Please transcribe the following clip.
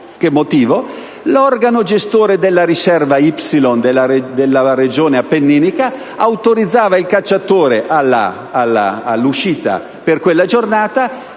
l'organo gestore di una certa riserva della regione appenninica autorizzava il cacciatore all'uscita per quella giornata,